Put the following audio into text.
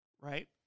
right